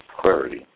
clarity